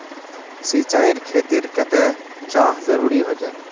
सिंचाईर खेतिर केते चाँह जरुरी होचे?